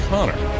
Connor